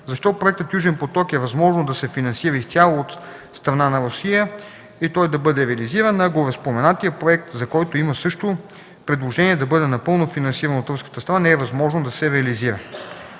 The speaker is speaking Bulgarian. защо проектът „Южен поток” е възможно да се финансира изцяло от страна на Русия и той да бъде реализиран, а гореспоменатият проект, за който има също предложение да бъде напълно финансиран от руската страна, не е възможно да се реализира.